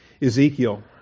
Ezekiel